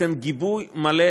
אתן גיבוי מלא,